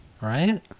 Right